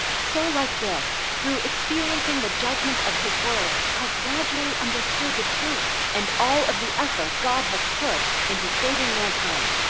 so like this, through experiencing the judgment of his word, i gradually understood the truth and all of the effort god has put into saving mankind.